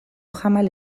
jamal